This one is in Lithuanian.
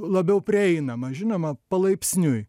labiau prieinama žinoma palaipsniui